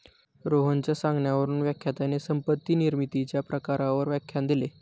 रोहनच्या सांगण्यावरून व्याख्यात्याने संपत्ती निर्मितीच्या प्रकारांवर व्याख्यान दिले